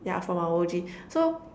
yeah from our O_G so